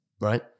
Right